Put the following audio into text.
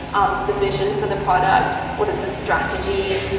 um the vision for the product, what is the strategy.